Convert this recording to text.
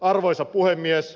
arvoisa puhemies